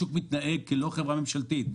השוק מתנהג לא כחברה ממשלתית.